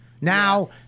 Now